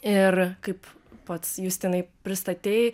ir kaip pats justinai pristatei